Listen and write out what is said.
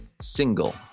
single